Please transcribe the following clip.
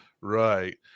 right